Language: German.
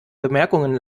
bemerkungen